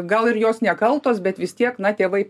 gal ir jos nekaltos bet vis tiek na tėvai